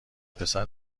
پسر